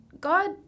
God